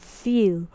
feel